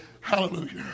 Hallelujah